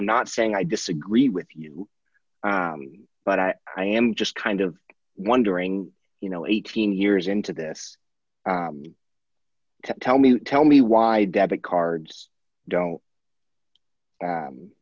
i'm not saying i disagree with you but i am just kind of wondering you know eighteen years into this tell me tell me why debit cards don't